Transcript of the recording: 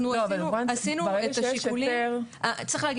צריך להגיד